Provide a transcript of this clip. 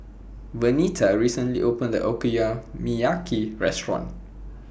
Vernita recently opened A Okonomiyaki Restaurant